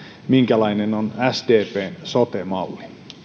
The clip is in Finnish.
minkälainen on sdpn sote malli